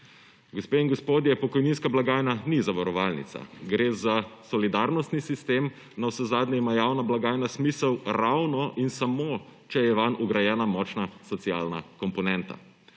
Gospe in gospodje, pokojninska blagajna ni zavarovalnica. Gre za solidarnostni sistem, navsezadnje ima javna blagajna smisel ravno in samo če je vanjo vgrajena močna socialna komponenta.